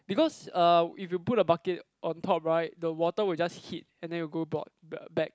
because uh if you put the bucket on top right the water will just hit and then will go bot uh back